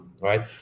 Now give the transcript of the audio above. right